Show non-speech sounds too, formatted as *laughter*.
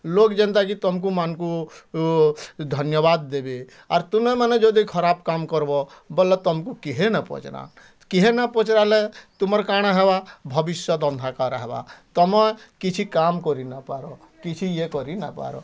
ଲୋକ୍ ଯେନ୍ତା କି ତମକୁ ମାନକୁ ଧନ୍ୟବାଦ୍ ଦେବେ ଆର୍ ତୁମେମାନେ ଯଦି ଖରାପ୍ କାମ୍ କରବ୍ ବଲେ ତମକୁ କିହେନେ ପଚାରନ୍ କିହେନେ ପଚାରିଲେ ତୁମର୍ କାଣା ହେବା ଭବିଷ୍ୟତ ଅନ୍ଧକାର *unintelligible* ହେବା ତମେ କିଛି କାମ୍ କରି ନ ପାର କିଛି ଇଏ କରି ନପାର